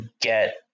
get